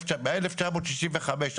ב-1965,